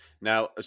Now